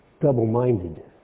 double-minded